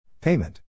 Payment